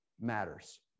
matters